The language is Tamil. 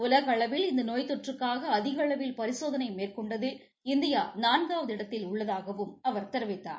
உலக அளவில் இந்த நோய் தொற்றுக்காக அதிக அளவில் பரிசோதளை மேற்கொண்டதில் இந்தியா நான்காவது இடத்தில் உள்ளதாகவும் அவர் தெரிவித்தார்